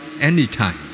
anytime